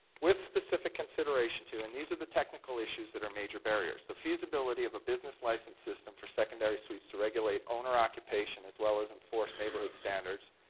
with specific consideration to, and these are the technical issues that are major barriers, the feasibility of a business license system for secondary suites to regulate owner occupation as well as enforce neighbourhood standards,